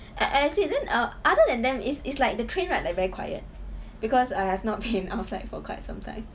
I I see then err other than them is is like the train ride like very quiet because I have not been outside for quite some time